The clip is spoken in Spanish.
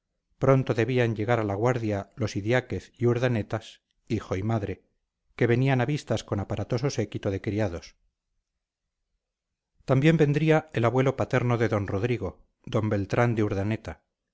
pronto debían llegar a la guardia los idiáquez y urdanetas hijo y madre que venían a vistas con aparatoso séquito de criados también vendría el abuelo paterno del d rodrigo d beltrán de urdaneta